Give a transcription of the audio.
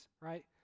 right